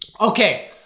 okay